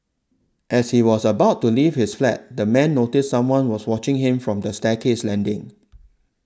as he was about to leave his flat the man noticed someone was watching him from the staircase landing